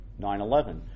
9-11